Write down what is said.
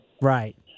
Right